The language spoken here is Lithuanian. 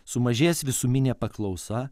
sumažės visuminė paklausa